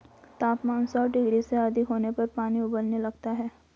तापमान सौ डिग्री से अधिक होने पर पानी उबलने लगता है